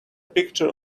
picture